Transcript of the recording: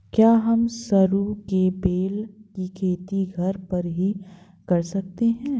क्या हम सरू के बेल की खेती घर पर ही कर सकते हैं?